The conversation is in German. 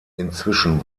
inzwischen